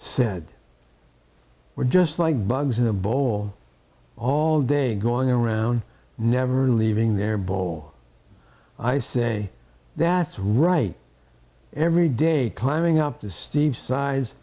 said we're just like bugs in a bowl all day going around never leaving their bowl i say that's right every day climbing up the steep si